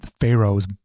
Pharaoh's